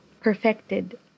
perfected